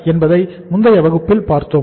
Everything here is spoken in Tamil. என்பதை முந்தைய வகுப்பில் பார்த்தோம்